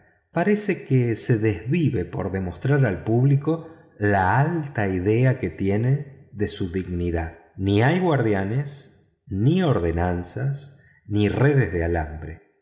parece que se desvive por demostrar al público la alta idea que tiene de su dignidad ni hay guardianes ni ordenanzas ni redes de alambre